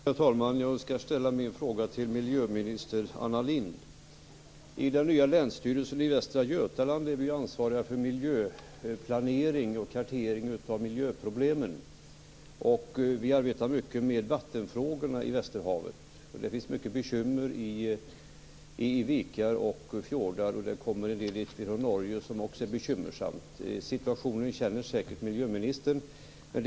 Herr talman! Jag önskar ställa min fråga till miljöminister Anna Lindh. I den nya Länsstyrelsen i Västra Götaland är vi ansvariga för miljöplanering och kartering av miljöproblem. Vi arbetar mycket med vattenfrågorna i västerhavet. Vi har mycket bekymmer med vikar och fjordar, och det kommer också en del från Norge som är bekymmersamt. Miljöministern känner säkert situationen.